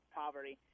poverty